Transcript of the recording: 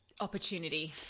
opportunity